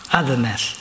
otherness